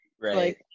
Right